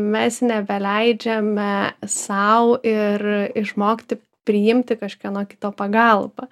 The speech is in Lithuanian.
mes nebeleidžiame sau ir išmokti priimti kažkieno kito pagalbą